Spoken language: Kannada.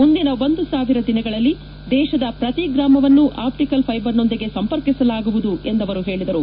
ಮುಂದಿನ ಒಂದು ಸಾವಿರ ದಿನಗಳಲ್ಲಿ ದೇಶದ ಪ್ರತಿ ಗ್ರಾಮವನ್ನು ಆಪ್ಟಿಕಲ್ ಫೈಬರ್ನೊಂದಿಗೆ ಸಂಪರ್ಕಿಸಲಾಗುವುದು ಎಂದು ಅವರು ಹೇಳಿದರು